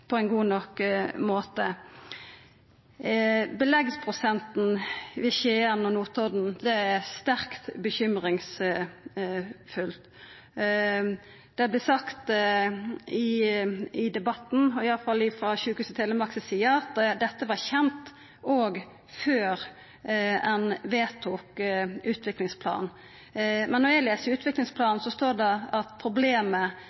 på ein god nok måte. Beleggsprosenten ved Skien og Notodden er sterkt bekymringsfull. Det vart sagt i debatten, iallfall frå Sykehuset Telemark si side, at dette var kjent òg før ein vedtok utviklingsplanen. Men når eg les